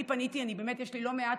אני פניתי, באמת יש לי לא מעט